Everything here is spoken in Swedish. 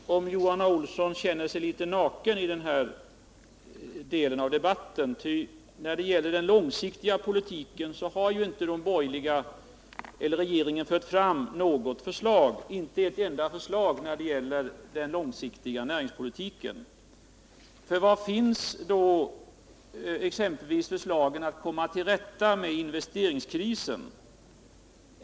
Herr talman! Den här delen skulle ju handla om näringspolitiken. Jag förstår att Johan Olsson kan känna sig litet naken i denna del av debatten, ty i fråga om den långsiktiga näringspolitiken har ju regeringen inte lagt fram ett enda förslag. Var finns exempelvis förslagen för att komma till rätta med investeringskrisen?